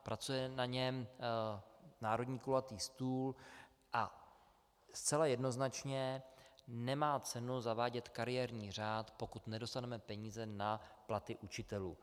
Pracuje na něm národní kulatý stůl a zcela jednoznačně nemá cenu zavádět kariérní řád, pokud nedostaneme peníze na platy učitelů.